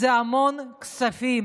זה המון כספים.